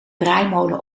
draaimolen